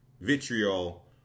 vitriol